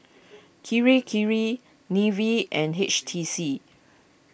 Kirei Kirei Nivea and H T C